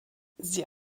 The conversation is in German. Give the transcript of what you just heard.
sie